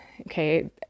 Okay